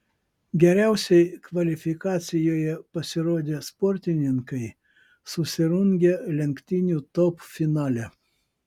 geriausiai kvalifikacijoje pasirodę sportininkai susirungė lenktynių top finale